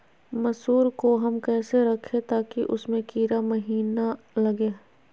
मसूर को हम कैसे रखे ताकि उसमे कीड़ा महिना लगे?